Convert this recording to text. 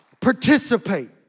Participate